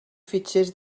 fitxers